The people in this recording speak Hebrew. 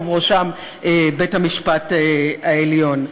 ובראשם בית-המשפט העליון.